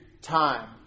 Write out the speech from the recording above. time